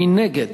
מי נגד?